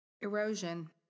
Erosion